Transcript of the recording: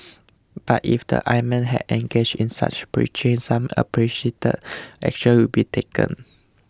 but if the imam had engaged in such preaching some appreciate action will be taken